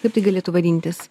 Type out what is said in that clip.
kaip tai galėtų vadintis